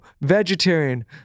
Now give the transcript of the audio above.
vegetarian